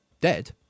dead